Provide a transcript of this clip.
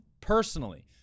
personally